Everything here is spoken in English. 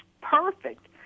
perfect